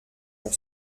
pour